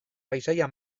paisaia